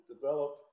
develop